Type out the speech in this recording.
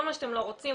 כל מה שאתם רוצים.